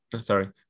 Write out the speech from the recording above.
sorry